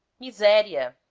miseria